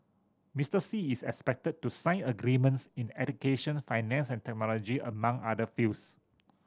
Mister Xi is expected to sign agreements in education finance and technology among other fields